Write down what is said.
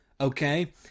okay